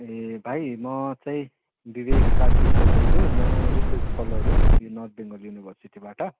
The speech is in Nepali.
ए भाइ म चाहिँ विवेक सार्की बोल्दैछु म रिसर्च स्कोलर हो यो नर्थ बङ्गाल युनिभर्सिटीबाट